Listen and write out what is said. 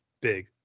big